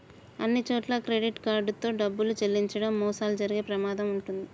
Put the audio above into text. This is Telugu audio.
అన్నిచోట్లా క్రెడిట్ కార్డ్ తో డబ్బులు చెల్లించడం మోసాలు జరిగే ప్రమాదం వుంటది